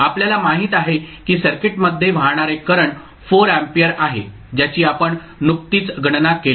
आपल्याला माहित आहे की सर्किटमध्ये वाहणारे करंट 4 अँपिअर आहे ज्याची आपण नुकतीच गणना केली